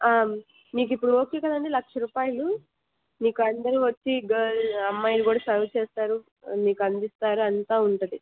మీకు ఇప్పుడు ఓకే కదండి లక్ష రూపాయలు మీకు అందరు వచ్చి గర్ల్ అమ్మాయిలు కూడా సర్వ్ చేస్తారు మీకు అందిస్తారు అంతా ఉంటుంది